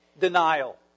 Denial